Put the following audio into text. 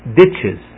ditches